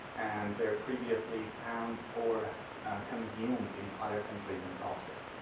and they're previously found or consumed in other countries and cultures.